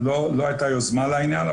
לא היתה יוזמה לעניין,